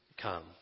Come